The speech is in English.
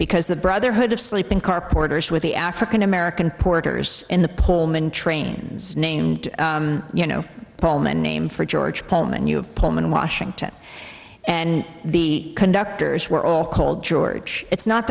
because the brotherhood of sleeping car porters with the african american porters in the pullman trains named you know paul the name for george pullman you pullman washington and the conductors were all called george it's not